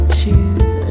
choose